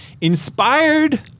inspired